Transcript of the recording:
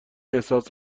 احساس